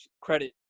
credit